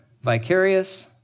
Vicarious